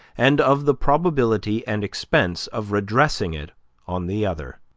and of the probability and expense of redressing it on the other.